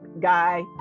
guy